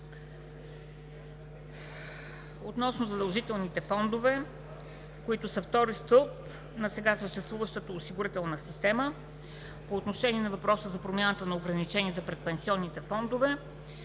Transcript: относно задължителните фондове, които са вторият стълб на сега съществуващата осигурителна система; по отношение на въпроса за промяна на ограниченията пред пенсионните фондове